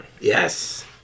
Yes